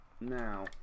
Now